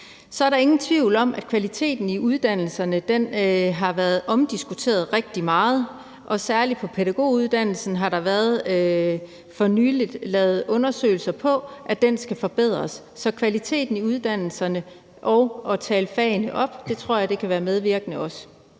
Så er der ingen tvivl om, at kvaliteten i uddannelserne har været diskuteret rigtig meget, og i forhold til pædagoguddannelsen er der for nylig lavet undersøgelser, der viser, at den skal forbedres. Så kvaliteten i uddannelserne og det at tale fagene op tror jeg også kan være medvirkende.